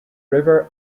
river